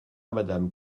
madame